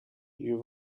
you